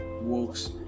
works